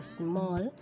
small